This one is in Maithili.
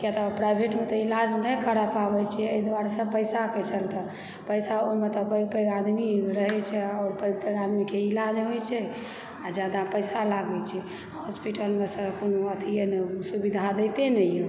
किआतऽ प्राइवेटमे तऽ इलाज नहि करा पाबय छियै एहि दुआरेसँ पैसाके चलते पैसा ओहिमे तऽ पैघ पैघ आदमी रहै छै आ पैघ पैघ आदमीके इलाज होइत छै आ जादा पैसा लागैत छै हॉस्पिटलमे सँ कोनो अथिए नहि सुविधा दैत नहिए